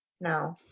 No